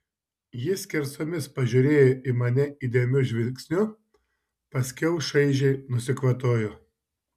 ji skersomis pažiūrėjo į mane įdėmiu žvilgsniu paskiau šaižiai nusikvatojo